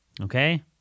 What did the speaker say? Okay